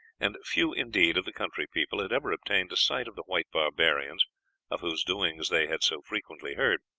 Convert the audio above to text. and few, indeed, of the country people had ever obtained a sight of the white barbarians of whose doings they had so frequently heard.